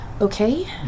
okay